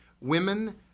women